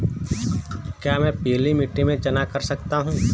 क्या मैं पीली मिट्टी में चना कर सकता हूँ?